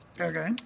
Okay